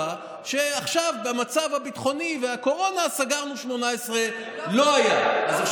שעכשיו במצב הביטחוני והקורונה סגרנו 18. לא היה.